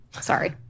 Sorry